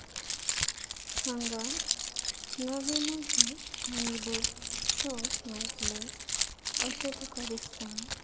हांगा नवी म्हजें आनीबोट खेओंक मेयटलें अशें तुका दिसता